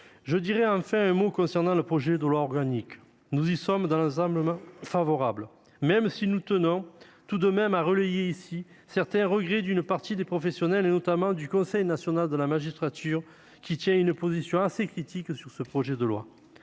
Je dirai enfin un mot concernant le projet de loi organique. Dans l'ensemble, nous y sommes favorables, même si nous tenons tout de même à relayer ici les regrets d'une partie des professionnels, notamment ceux du Conseil national de la magistrature, qui a pris une position assez critique sur ce texte. Cela